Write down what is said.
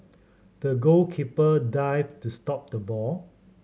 the goalkeeper dived to stop the ball